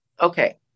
okay